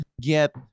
get